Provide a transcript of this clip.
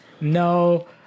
no